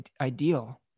ideal